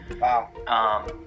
Wow